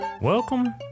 Welcome